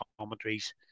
commentaries